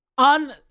On